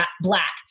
black